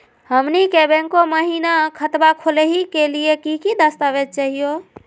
हमनी के बैंको महिना खतवा खोलही के लिए कि कि दस्तावेज चाहीयो?